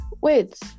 wait